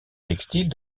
textile